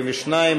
42,